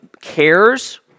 cares